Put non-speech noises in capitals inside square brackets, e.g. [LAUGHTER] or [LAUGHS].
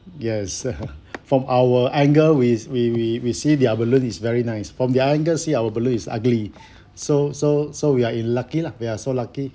yes [LAUGHS] [BREATH] from our angle we we we we see their balloon is very nice from their angle see our balloon is ugly [BREATH] so so so we are in lucky lah we are so lucky